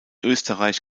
österreich